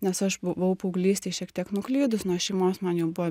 nes aš buvau paauglystėj šiek tiek nuklydus nuo šeimos man jau buvo